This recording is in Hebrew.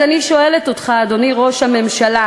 אז אני שואלת אותך, אדוני ראש הממשלה: